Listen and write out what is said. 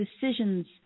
decisions